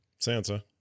Sansa